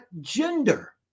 gender